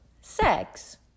sex